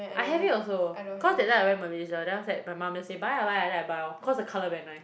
I have it also cause that time I went Malaysia then after that my mum just say buy ah buy ah then I buy lor cause the colour very nice